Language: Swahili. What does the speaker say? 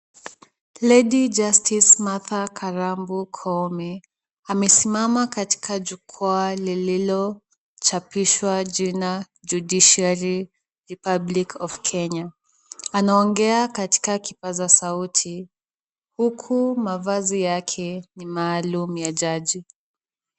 Lady justice Martha Karambu Koome amesimama katika jukwaa liliyochapishwa jina judiciary republic of Kenya . Anaongea katika kipaza sauti huku mavazi yake ni maalum ya jaji.